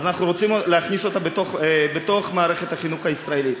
אז אנחנו רוצים להכניס אותה לתוך מערכת החינוך הישראלית.